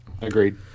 Agreed